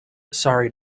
sorry